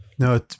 No